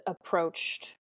approached